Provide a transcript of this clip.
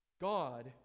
God